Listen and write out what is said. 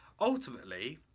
Ultimately